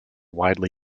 widely